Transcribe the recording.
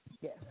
Yes